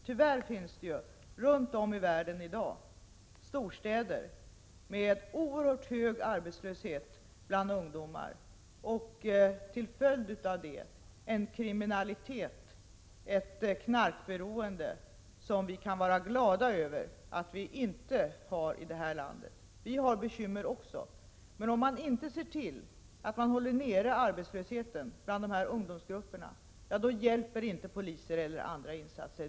Tyvärr finns det ju runt om i världen i dag storstäder med oerhört hög arbetslöshet bland ungdomar och till följd därav en kriminalitet och ett knarkberoende som vi kan vara glada Över att vi inte har i vårt land. Vi har också bekymmer, men om man inte ser till att hålla nere arbetslösheten bland dessa ungdomsgrupper, då hjälper inte poliser eller andra insatser.